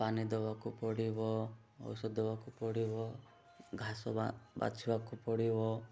ପାଣି ଦେବାକୁ ପଡ଼ିବ ଔଷଧ ଦେବାକୁ ପଡ଼ିବ ଘାସ ବାଛିବାକୁ ପଡ଼ିବ